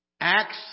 acts